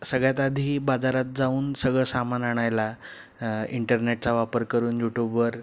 सगळ्यात आधी बाजारात जाऊन सगळं सामान आणायला इंटरनेटचा वापर करून यूट्यूबवर